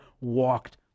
walked